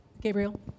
Gabriel